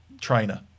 trainer